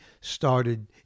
started